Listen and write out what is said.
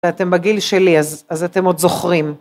ואתם בגיל שלי אז אתם עוד זוכרים